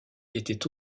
était